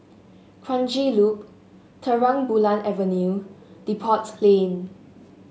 Kranji Loop Terang Bulan Avenue Depot Lane